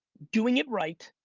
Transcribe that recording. doing it right,